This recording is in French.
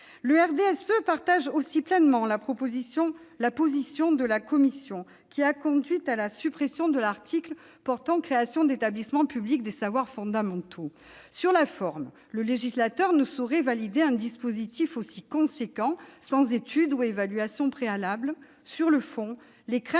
Le RDSE partage aussi pleinement la position de la commission qui a conduit à la suppression de l'article portant création d'établissements publics locaux d'enseignement des savoirs fondamentaux. Sur la forme, le législateur ne saurait valider un dispositif aussi considérable sans étude ou évaluation préalables. Sur le fond, les craintes suscitées sont